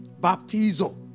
Baptizo